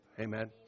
Amen